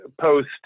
post